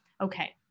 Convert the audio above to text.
okay